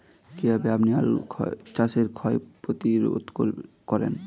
কীভাবে আপনি আলু চাষের ক্ষয় ক্ষতি প্রতিরোধ করেন?